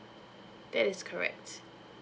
that is correct